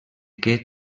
què